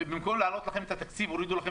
במקום להעלות לכם את התקציב הורידו לכם